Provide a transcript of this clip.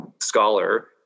scholar